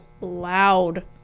loud